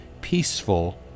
peaceful